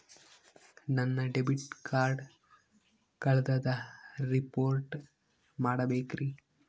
ನನ್ನ debit card ಕಳ್ದದ report ಮಾಡಬೇಕ್ರಿ